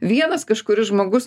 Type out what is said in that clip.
vienas kažkuris žmogus